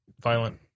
violent